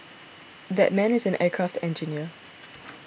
that man is an aircraft engineer